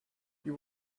you